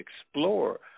explore